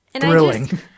Thrilling